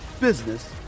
business